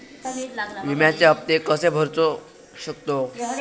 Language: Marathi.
विम्याचे हप्ते कसे भरूचो शकतो?